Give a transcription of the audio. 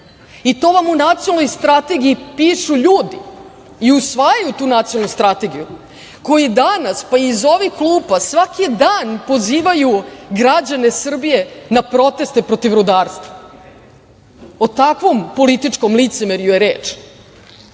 vam u nacionalnoj strategiji pišu ljudi i usvajaju tu nacionalnu strategiju koji danas, pa i iz ovih klupa, svaki dan pozivaju građane Srbije na proteste protiv rudarstva. O takvom političkom licemerju je reč.